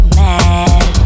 mad